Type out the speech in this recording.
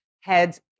heads